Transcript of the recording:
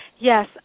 yes